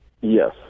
Yes